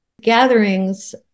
gatherings